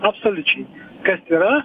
absoliučiai kas yra